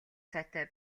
сайтай